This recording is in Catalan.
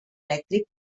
elèctric